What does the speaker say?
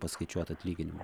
paskaičiuotų atlyginimų